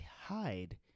hide